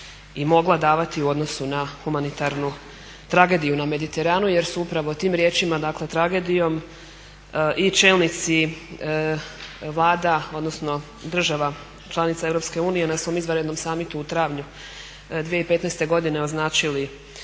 i mogla davati u odnosu na humanitarnu tragediju na Mediteranu jer su upravo tim riječima dakle tragedijom i čelnici vlada odnosno država članica EU na svojim izvanrednom samitu u travnju 2015.godine označili